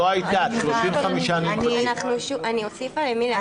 אני אוסיף על אמיליה.